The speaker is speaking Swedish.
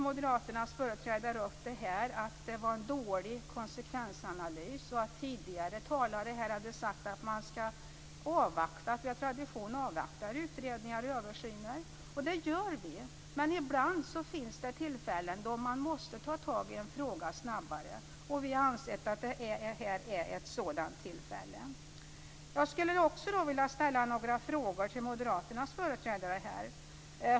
Moderaternas företrädare menade att det var en dålig konsekvensanalys och att tidigare talare hade sagt att man skall avvakta, för av tradition avvaktar vi utredningar och översyner. Det gör vi, men ibland finns det tillfällen då man måste ta itu med en fråga snabbare. Vi har ansett att det här är ett sådant tillfälle. Jag skulle vilja ställa några frågor till moderaternas företrädare.